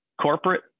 corporate